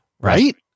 right